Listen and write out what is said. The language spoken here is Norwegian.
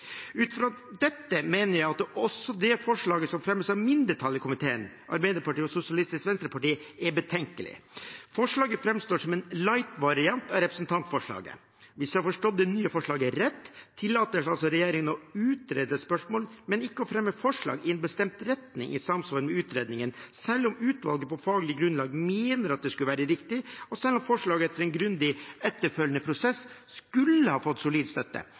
Ut fra dette mener jeg at forslaget til vedtak, som fremmes av Arbeiderpartiet, Senterpartiet og Sosialistisk Venstreparti i komiteen, er betenkelig. Forslaget framstår som en «light» variant av representantforslaget. Hvis jeg har forstått det nye forslaget rett, tillates regjeringen å utrede spørsmål, men ikke å fremme forslag i en bestemt retning, i samsvar med utredningen, selv om utvalget på faglig grunnlag mener at det ville være riktig, og selv om forslaget etter en grundig etterfølgende prosess ville ha fått solid støtte.